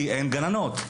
כי אין גננות.